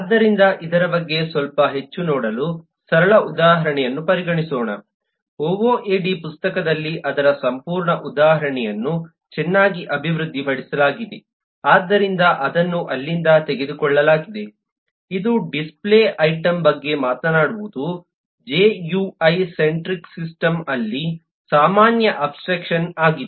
ಆದ್ದರಿಂದ ಇದರ ಬಗ್ಗೆ ಸ್ವಲ್ಪ ಹೆಚ್ಚು ನೋಡಲು ಸರಳ ಉದಾಹರಣೆಯನ್ನು ಪರಿಗಣಿಸೋಣ ಒಒಎಡಿ ಪುಸ್ತಕದಲ್ಲಿ ಅದರ ಸಂಪೂರ್ಣ ಉದಾಹರಣೆಯನ್ನು ಚೆನ್ನಾಗಿ ಅಭಿವೃದ್ಧಿಪಡಿಸಲಾಗಿದೆ ಆದ್ದರಿಂದ ಅದನ್ನು ಅಲ್ಲಿಂದ ತೆಗೆದುಕೊಳ್ಳಲಾಗಿದೆ ಇದು ಡಿಸ್ಪ್ಲೇ ಐಟಂ ಬಗ್ಗೆ ಮಾತನಾಡುವುದು ಜಿಯುಐ ಸೆಂಟ್ರಿಕ್ ಸಿಸ್ಟಮ್ ಅಲ್ಲಿ ಸಾಮಾನ್ಯ ಅಬ್ಸ್ಟ್ರಾಕ್ಷನ್ ಆಗಿದೆ